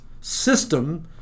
system